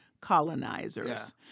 colonizers